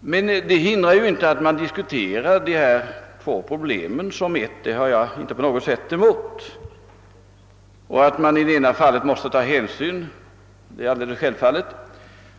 men det hindrar inte att man diskuterar dessa två problem som ett; det har jag inte någonting emot. Att man även i det fallet måste ta vissa hänsyn är alldeles självfallet.